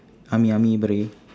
army army beret